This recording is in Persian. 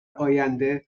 آینده